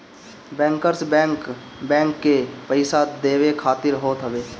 bankers bank, bank के पईसा देवे खातिर होत हवे